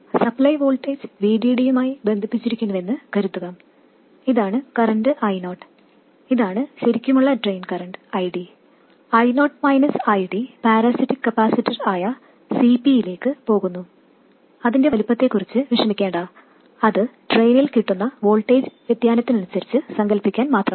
supply voltage VDD യുമായി ബന്ധിപ്പിച്ചിരിക്കുന്നുവെന്ന് കരുതുക ഇതാണ് കറൻറ് I0 ഇതാണ് ശരിക്കുമുള്ള drain current ID I0 ID parasitic capacitor ആയ Cp യിലേക്ക് പോകുന്നു അതിന്റെ വലുപ്പത്തെക്കുറിച്ച് വിഷമിക്കേണ്ട അത് ഡ്രെയിനിൽ കിട്ടുന്ന വോൾട്ടേജ് വ്യതിയാനത്തെക്കുറിച്ച് സങ്കൽപ്പിക്കാൻ മാത്രമാണ്